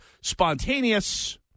spontaneous